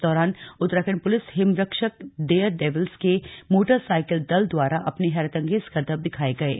इस दौरान उत्तराखण्ड पुलिस हिमरक्षक डेयर डेविल्स के मोटर साईकिल दल द्वारा अपने हैरतअंगेज करतब दिखाये गये